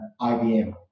IBM